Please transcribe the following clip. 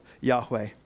Yahweh